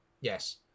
Yes